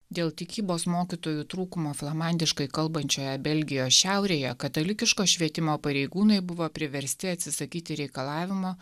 dėl tikybos mokytojų trūkumo flamandiškai kalbančioje belgijos šiaurėje katalikiško švietimo pareigūnai buvo priversti atsisakyti reikalavimo